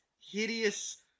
hideous